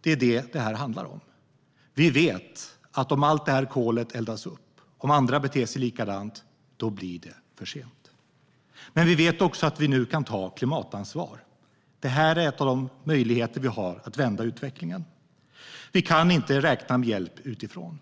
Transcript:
Det är vad detta handlar om. Vi vet att om allt det kolet eldas upp och om andra beter sig likadant blir det för sent. Men vi vet också att vi nu kan ta klimatansvar. Detta är en av de möjligheter vi har att vända utvecklingen. Vi kan inte räkna med hjälp utifrån.